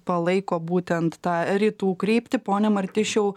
palaiko būtent tą rytų kryptį pone martišiau